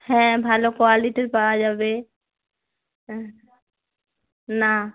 হ্যাঁ ভালো কোয়ালিটির পাওয়া যাবে অ্যাঁ না